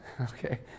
okay